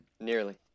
nearly